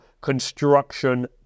construction